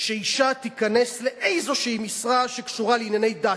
שאשה תיכנס לאיזו משרה שקשורה לענייני דת.